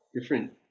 different